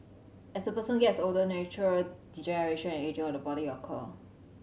as a person gets older natural degeneration and ageing of the body occur